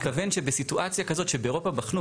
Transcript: אני מתכוון שבסיטואציה כזאת שבאירופה בחנו,